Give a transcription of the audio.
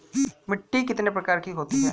मिट्टी कितने प्रकार की होती हैं?